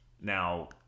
Now